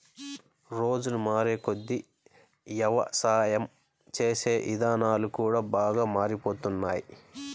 రోజులు మారేకొద్దీ యవసాయం చేసే ఇదానాలు కూడా బాగా మారిపోతున్నాయ్